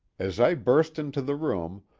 as i burst into the room,